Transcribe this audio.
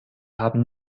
haben